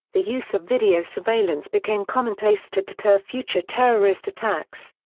the use of video surveillance became commonplace to deter future terrorist attacks.